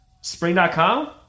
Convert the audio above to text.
spring.com